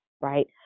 right